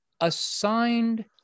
assigned